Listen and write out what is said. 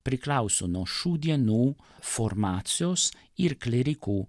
priklauso nuo šių dienų formacijos ir klierikų